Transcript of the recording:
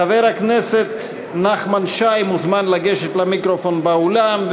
חבר הכנסת נחמן שי מוזמן לגשת למיקרופון באולם,